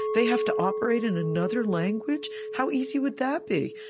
they have to operate in another language. how easy would that be?